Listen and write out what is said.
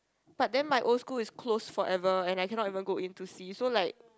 but then my old school is closed forever and I cannot even go in to see so like